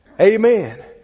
Amen